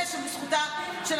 שאף אחד לא מפריע לו בזה,